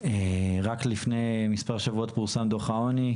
רק לפני מספר שבועות פורסם דוח העוני,